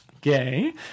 gay